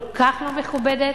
כל כך לא מכובדת?